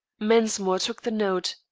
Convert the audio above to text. mensmore took the note,